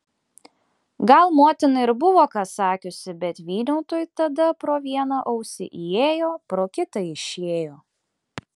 gal motina ir buvo ką sakiusi bet vyniautui tada pro vieną ausį įėjo pro kitą išėjo